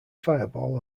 fireball